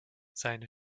seine